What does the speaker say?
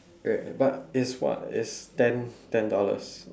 wait but it's what it's ten ten dollars